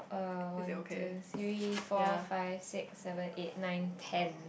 uh one two three four five six seven eight nine ten